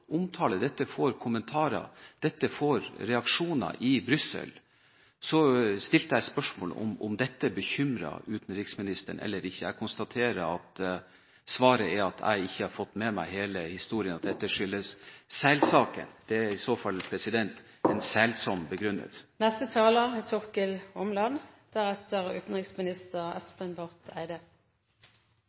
omtale, kommentarer og reaksjoner i Brussel, stiller jeg spørsmål ved om dette bekymrer utenriksministeren eller ikke. Jeg konstaterer at svaret er at jeg ikke har fått med meg hele historien, og at dette skyldes selsaken. Det er i så fall en selsom begrunnelse. Bare en liten kommentar til utenriksministeren og til Svein Roald Hansen som